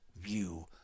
view